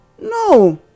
No